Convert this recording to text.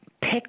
pick